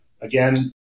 Again